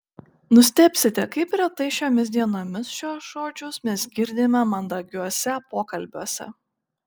nustebsite kaip retai šiomis dienomis šiuos žodžius mes girdime mandagiuose pokalbiuose